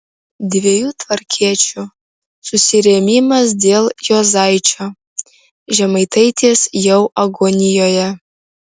dviejų tvarkiečių susirėmimas dėl juozaičio žemaitaitis jau agonijoje